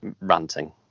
ranting